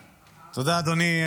תודה, אדוני.